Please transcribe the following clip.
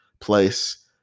place